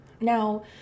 Now